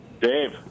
Dave